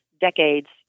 decades